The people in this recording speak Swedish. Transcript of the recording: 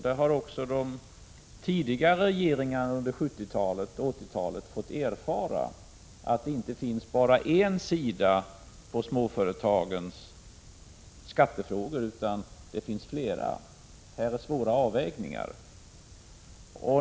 Det har också de tidigare regeringarna under 70 och 80-talen fått erfara. Det finns inte bara en sida på problemet med småföretagens skatter. Det finns flera sidor. Här blir det fråga om svåra avvägningar.